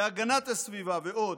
בהגנת הסביבה ועוד.